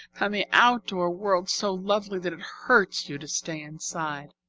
and the outdoor world so lovely that it hurts you to stay inside.